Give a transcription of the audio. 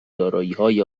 داراییهای